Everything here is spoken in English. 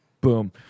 Boom